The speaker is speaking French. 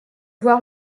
voir